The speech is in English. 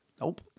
Nope